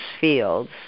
fields